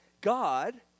God